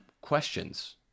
questions